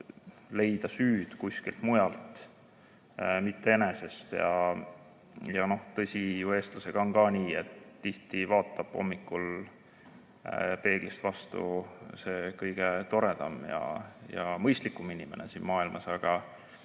leida süüd kuskilt mujalt, mitte enesest. Tõsi, eestlasega on ka nii, et tihti vaatab hommikul peeglist vastu see kõige toredam ja mõistlikum inimene siin maailmas, aga